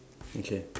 okay